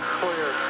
clear.